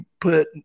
put